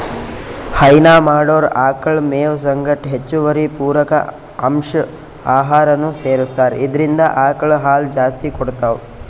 ಹೈನಾ ಮಾಡೊರ್ ಆಕಳ್ ಮೇವ್ ಸಂಗಟ್ ಹೆಚ್ಚುವರಿ ಪೂರಕ ಅಂಶ್ ಆಹಾರನೂ ಸೆರಸ್ತಾರ್ ಇದ್ರಿಂದ್ ಆಕಳ್ ಹಾಲ್ ಜಾಸ್ತಿ ಕೊಡ್ತಾವ್